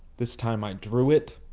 this time i drew it.